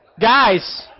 Guys